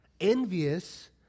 envious